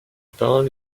parole